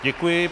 Děkuji.